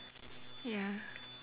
ya